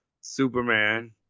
Superman